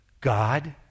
God